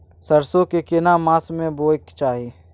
सरसो के केना मास में बोय के चाही?